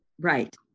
Right